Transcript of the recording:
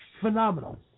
phenomenal